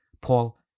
Paul